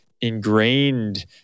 ingrained